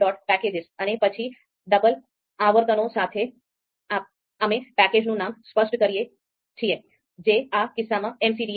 packages' અને પછી double અવતરણો સાથે અમે પેકેજનું નામ સ્પષ્ટ કરી શકીએ છીએ જે આ કિસ્સામાં MCDA છે